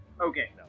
okay